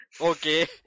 Okay